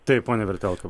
taip pone vertelka